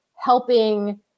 helping